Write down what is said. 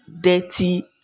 dirty